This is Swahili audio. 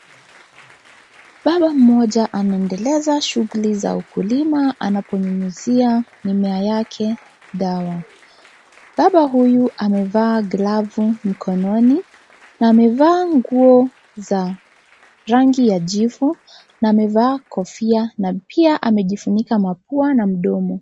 Baba mmoja anaendeleza shughuli za ukulima anaponyunyizia mimea yake dawa. Baba huyu amevaa glavu mkononi, na amavaa nguo za rangi ya jivu na amevaa kofia na pia amejifunika mapua na mdomo.